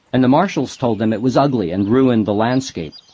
and the marshals told them it was ugly and ruined the landscape.